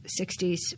60s